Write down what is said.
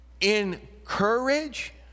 encourage